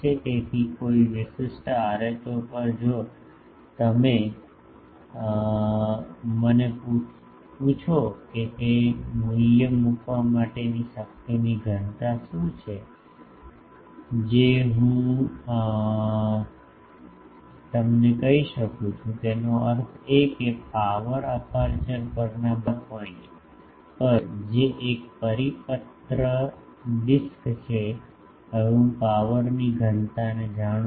તેથી કોઈ વિશિષ્ટ rho પર જો તમે મને પૂછો કે તે મૂલ્ય મૂકવા માટેની શક્તિની ઘનતા શું છે જે હું તમને કહી શકું છું તેનો અર્થ એ કે પાવર અપેર્ચર પરના બધા પોઇન્ટ પર જે એક પરિપત્ર ડિસ્ક છે હવે હું પાવરની ઘનતાને જાણું છું